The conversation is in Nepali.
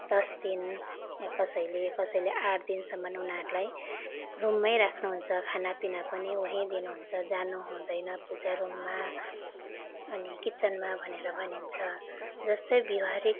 दस दिन या कसैले कसैले आठ दिनसम्म उनीहरूलाई रुममै राख्नुहुन्छ खानापिना पनि उहीँ दिनुहुन्छ जानुहुँदैन पूजा रुममा अनि किचनमा भनेर भनिन्छ जस्तै व्यावहारिक